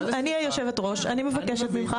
אני היושבת ראש עכשיו, אני מבקשת ממך.